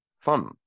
fun